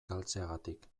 galtzegatik